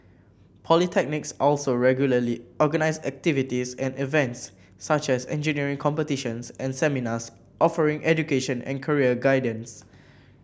polytechnics also regularly organise activities and events such as engineering competitions and seminars offering education and career guidance